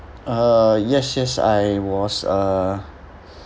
uh yes yes I was uh